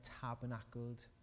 tabernacled